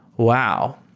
wow!